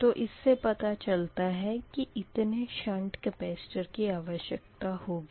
तो इस से पता चलता है की इतने शंट कपेस्टर की आवश्यकता होगी